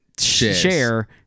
share